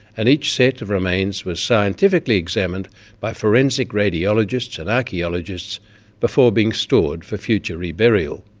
and each set of remains was scientifically examined by forensic radiologists and archaeologists before being stored for future reburial.